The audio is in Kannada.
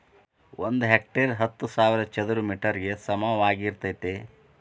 ಒಂದ ಹೆಕ್ಟೇರ್ ಹತ್ತು ಸಾವಿರ ಚದರ ಮೇಟರ್ ಗ ಸಮಾನವಾಗಿರತೈತ್ರಿ